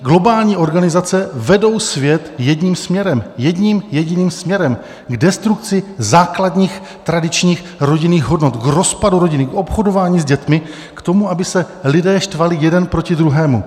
Globální organizace vedou svět jedním směrem, jedním jediným směrem: k destrukci základních tradičních rodinných hodnot, k rozpadu rodiny, k obchodování s dětmi, k tomu, aby se lidé štvali jeden proti druhému.